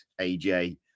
AJ